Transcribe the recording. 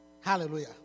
Hallelujah